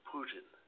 Putin